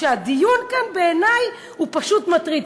כשהדיון כאן בעיני הוא פשוט מטריד.